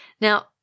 Now